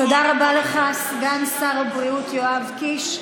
תודה רבה לך, סגן שר הבריאות יואב קיש.